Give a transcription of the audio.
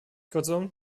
kurzum